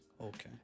okay